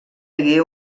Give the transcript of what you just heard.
hagué